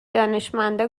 دانشمندا